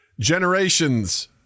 Generations